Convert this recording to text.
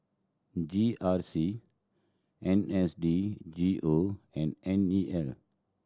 G R C N S D G O and N E L